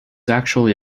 actually